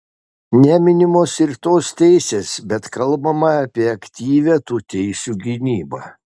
neminimos ir tos teisės bet kalbama apie aktyvią tų teisių gynybą